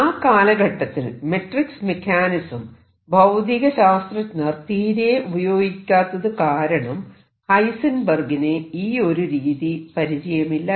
ആ കാലഘട്ടത്തിൽ matrix mechanism ഭൌതിക ശാസ്ത്രജ്ഞർ തീരെ ഉപയോഗിക്കാത്തത് കാരണം ഹൈസെൻബെർഗിന് ഈ ഒരു രീതി പരിചയമില്ലായിരുന്നു